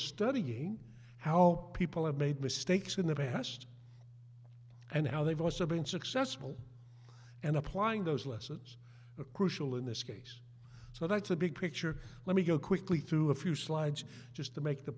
studying how people have made mistakes in the past and how they've also been successful and applying those lessons a crucial in this case so that's the big picture let me go quickly through a few slides just to make the